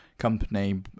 Company